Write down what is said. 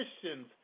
Christians